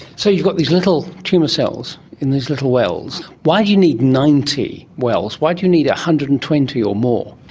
so you've got these little tumour cells in these little wells. why do you need ninety wells? why do you need one hundred and twenty or more?